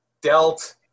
dealt